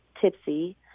tipsy